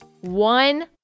one